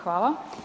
Hvala.